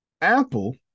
Apple